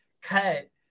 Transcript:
cut